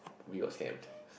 we got scammed